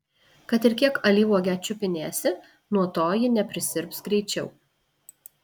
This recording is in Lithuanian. kad ir kiek alyvuogę čiupinėsi nuo to ji neprisirps greičiau